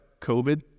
COVID